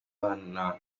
bahanura